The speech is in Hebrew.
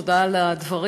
תודה על הדברים.